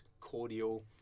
Cordial